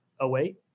08